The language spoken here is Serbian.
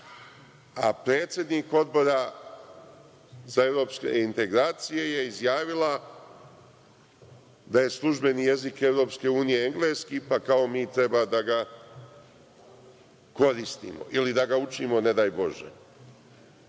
a predsednik Odbora za evropske integracije je izjavila da je službeni jezik EU engleski, pa kao mi treba da ga koristimo ili da ga učimo, ne daj Bože. Ja